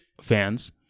fans